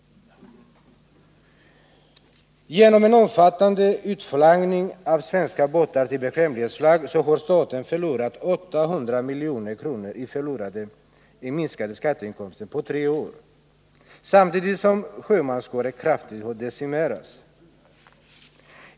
Genom en omfattande överföring av svenska båtar till bekvämlighetsflagg går staten miste om 800 milj.kr. i skatteinkomster på tre år, samtidigt som sjömanskåren kraftigt decimeras.